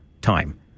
time